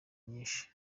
nyinshi